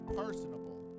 personable